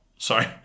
Sorry